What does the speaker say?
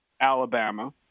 Alabama